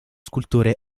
scultore